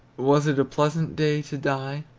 was it a pleasant day to die,